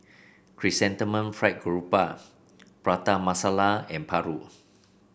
Chrysanthemum Fried Garoupa Prata Masala and paru